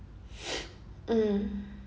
mm